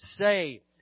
say